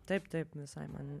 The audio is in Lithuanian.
taip taip visai man